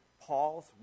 Paul's